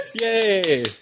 Yay